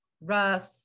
Russ